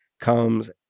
comes